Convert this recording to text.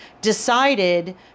decided